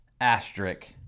Asterisk